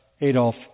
Adolf